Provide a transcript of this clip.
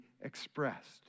expressed